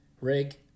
rig